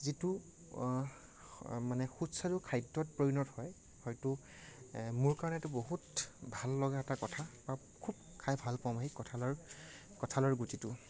যিটো মানে সুস্বাদু খাদ্যত পৰিণত হয় হয়তো মোৰ কাৰণে এইটো বহুত ভাল লগা এটা কথা বা খুব খাই খুব ভাল পাওঁ মই সেই কঠালৰ কঠালৰ গুটিটো